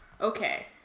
Okay